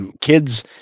kids